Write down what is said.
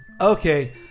Okay